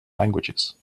languages